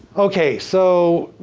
okay so,